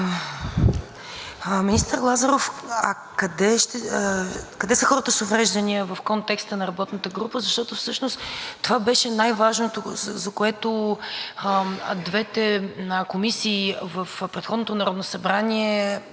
Министър Лазаров, а къде са хората с увреждания в контекста на работната група, защото всъщност това беше най-важното, за което двете комисии в предходното Народно събрание